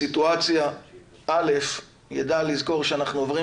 בסיטואציה יידע לזכור שאנחנו עוברים